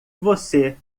você